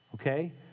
okay